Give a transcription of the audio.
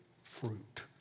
fruit